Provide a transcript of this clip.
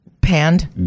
panned